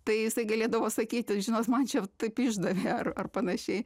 tai jisai galėdavo sakyti žinot man čia taip iždavė ar ar panašiai